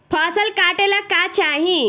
फसल काटेला का चाही?